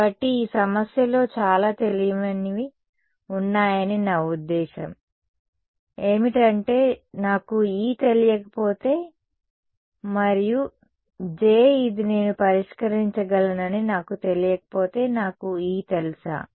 కాబట్టి ఈ సమస్యలో చాలా తెలియనివి ఉన్నాయ ని నా ఉద్దేశ్యం ఏమిటంటే నాకు E తెలియకపోతే మరియు J ఇది నేను పరిష్కరించగలనని నాకు తెలియకపోతే నాకు E తెలుసా